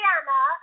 Anna